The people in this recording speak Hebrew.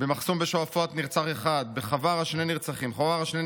במחסום בשועפאט, נרצח אחד, בחווארה, שני נרצחים,